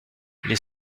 les